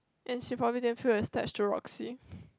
and she probably didn't feel to Roxy